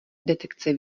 detekce